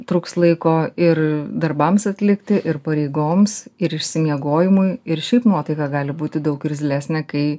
trūks laiko ir darbams atlikti ir pareigoms ir išsimiegojimui ir šiaip nuotaika gali būti daug irzlesnė kai